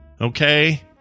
Okay